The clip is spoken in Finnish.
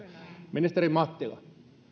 ministeri mattila